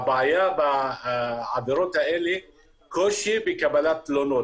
הבעיה בעבירות האלה, קושי בקבלת תלונות.